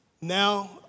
now